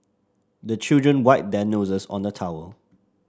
the children wipe their noses on the towel